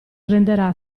renderà